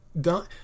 done